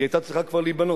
היא היתה צריכה כבר להיבנות.